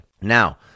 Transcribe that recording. Now